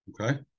Okay